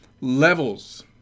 levels